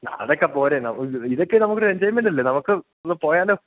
അതൊക്കെ പോരെ ഇതൊക്കെ നമുക്കൊരു എൻജോയ്മെൻറ്റല്ലേ നമുക്കൊന്ന് പോയാലോ